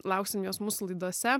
lauksim jos mūsų laidose